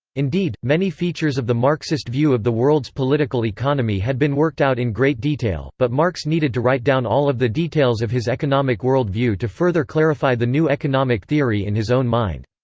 indeed, many features of the marxist view of the world's political economy had been worked out in great detail, but marx needed to write down all of the details of his economic world view to further clarify the new economic theory in his own mind.